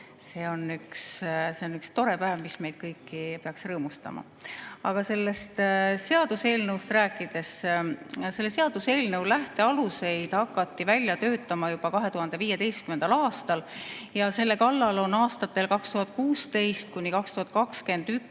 See on üks tore päev, mis meid kõiki peaks rõõmustama. Aga nüüd sellest seaduseelnõust. Selle seaduseelnõu lähtealuseid hakati välja töötama juba 2015. aastal ja selle kallal on aastatel 2016–2021